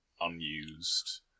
unused